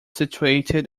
situated